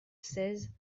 seize